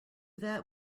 that